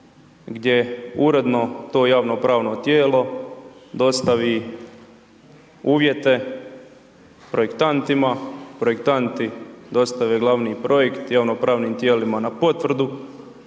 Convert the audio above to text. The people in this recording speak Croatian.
gdje uredno to javno-pravno tijelo dostavi uvjete projektantima, projektanti dostave glavni projekt javno-pravni tijelima na potvrdu,